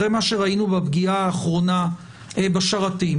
אחרי מה שראינו בפגיעה האחרונה בשרתים,